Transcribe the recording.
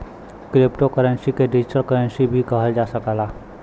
crypto currency के digital currency भी कहल जा सकला